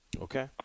Okay